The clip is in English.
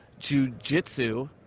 jujitsu